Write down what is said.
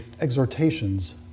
exhortations